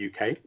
UK